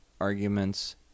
arguments